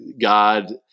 God